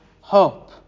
hope